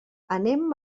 anem